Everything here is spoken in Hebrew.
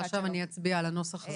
ועכשיו אני אצביע על הנוסח.